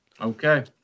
Okay